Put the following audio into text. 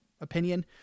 opinion